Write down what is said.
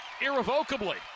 Irrevocably